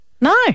No